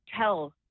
tell